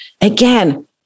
again